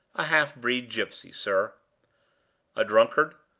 a half-breed gypsy, sir a drunkard,